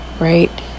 right